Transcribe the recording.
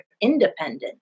independent